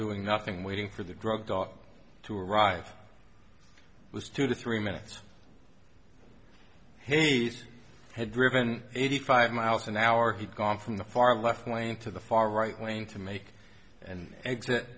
doing nothing waiting for the drug dog to arrive was two to three minutes he's had driven eighty five miles an hour he's gone from the far left lane to the far right lane to make and exit